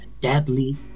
deadly